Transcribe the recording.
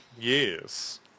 Yes